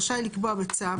רשאי לקבוע בצו,